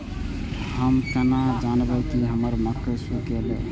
हम केना जानबे की हमर मक्के सुख गले?